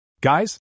Guys